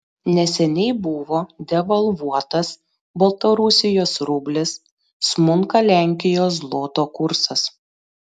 neseniai buvo devalvuotas baltarusijos rublis smunka lenkijos zloto kursas